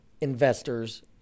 investors